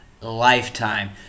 lifetime